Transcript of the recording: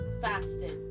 fasted